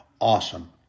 awesome